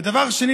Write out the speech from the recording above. ודבר שני,